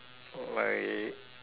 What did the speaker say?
like